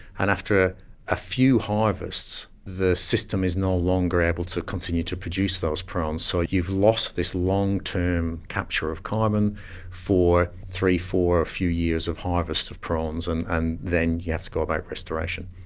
and after a few harvests, the system is no longer able to continue to produce those prawns, so you've lost this long-term capture of carbon for three, four, a few years of harvest of prawns, and and then you have to go about restoration.